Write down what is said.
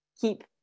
keep